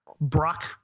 Brock